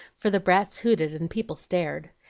for the brats hooted and people stared.